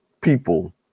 people